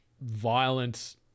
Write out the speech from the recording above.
violent